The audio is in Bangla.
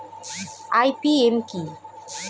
আই.পি.এম কি?